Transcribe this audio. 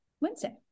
Wednesday